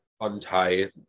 untie